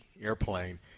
airplane